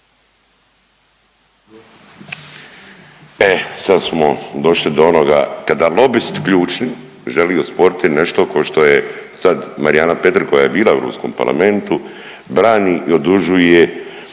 E sad smo došli do onoga kada lobist ključni želi osporiti nešto ko što je Marijana Petir koja je bila u Europskom parlamentu, brani i odužuje